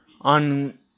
on